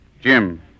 Jim